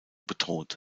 bedroht